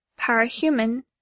Parahuman